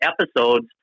episodes